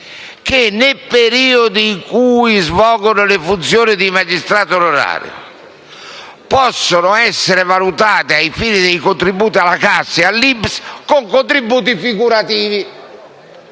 che i periodi in cui si svolgono le funzioni di magistrato onorario possano essere valutati, ai fini dei contributi alla cassa e all'INPS, mediante contributi figurativi,